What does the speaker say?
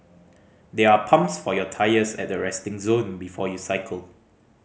there are pumps for your tyres at the resting zone before you cycle